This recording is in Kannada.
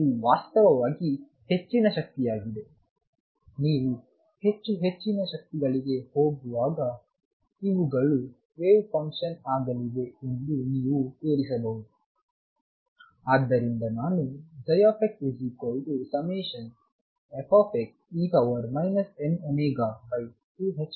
ಇದು ವಾಸ್ತವವಾಗಿ ಹೆಚ್ಚಿನ ಶಕ್ತಿಯಾಗಿದೆ ನೀವು ಹೆಚ್ಚು ಹೆಚ್ಚಿನ ಶಕ್ತಿಗಳಿಗೆ ಹೋಗುವಾಗ ಇವುಗಳು ವೇವ್ ಫಂಕ್ಷನ್ ಆಗಲಿವೆ ಎಂದು ನೀವು ತೋರಿಸಬಹುದು ಆದ್ದರಿಂದ ನಾನು ψ fxe mω2ℏx2 ಎಂದು ಬರೆಯಬಹುದು